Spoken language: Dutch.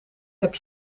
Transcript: heb